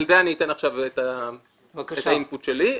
על זה אני אתן עכשיו את האימפוט שלי.